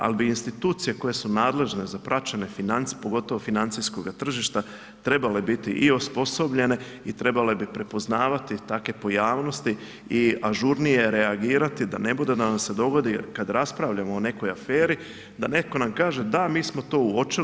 Ali bi institucije koje su nadležne za praćenje financijske pogotovo financijskoga tržišta trebale biti i osposobljene i trebale bi prepoznavati takve pojavnosti i ažurnije reagirati da ne bude da nam se dogodi kada raspravljamo o nekoj aferi da netko nam kaže – da, mi smo to uočili.